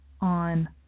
on